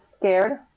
scared